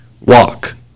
walk